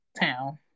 town